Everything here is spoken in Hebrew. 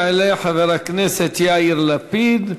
יעלה חבר הכנסת יאיר לפיד,